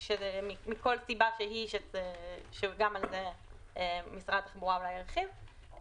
מכל סיבה שהיא שגם על זה משרד התחבורה אולי ירחיב.